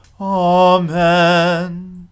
Amen